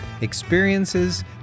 experiences